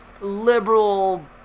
liberal